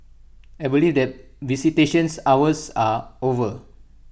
I believe that visitations hours are over